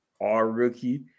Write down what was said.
all-rookie